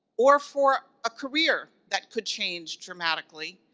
or for a career that could change dramatically.